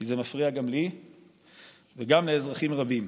כי זה מפריע גם לי וגם לאזרחים רבים.